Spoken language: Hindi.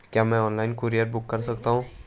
क्या मैं ऑनलाइन कूरियर बुक कर सकता हूँ?